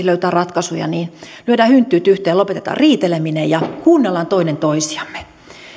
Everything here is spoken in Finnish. löytää ratkaisuja niin lyödään hynttyyt yhteen ja lopetetaan riiteleminen ja kuunnellaan toinen toisiamme